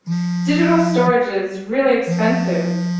digital storage is really expensive,